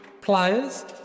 pliers